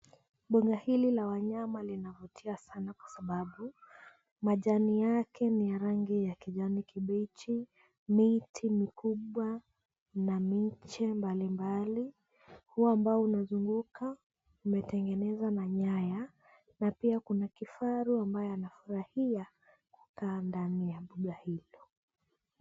Mbuga hili la wanyama linavutia sana kwa sababu majani yake ni ya rangi ya kijani kibichi, miti mikubwa na miche mbalimbali. Ua ambao unazunguka umetengenezwa na nyaya na pia kuna kifaru ambaye anafurahia kukaa ndani ya mbuga hilo.